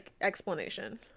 explanation